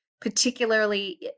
particularly